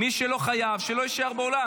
מי שלא חייב, שלא יישאר באולם.